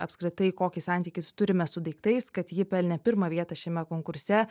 apskritai kokį santykį s turime su daiktais kad ji pelnė pirmą vietą šiame konkurse